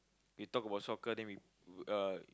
we talk about soccer then we uh